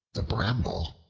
the bramble,